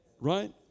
right